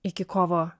iki kovo